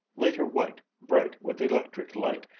later white, bright with electric light,